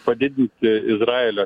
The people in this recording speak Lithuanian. padidinti izraelio